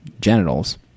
genitals